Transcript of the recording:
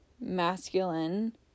masculine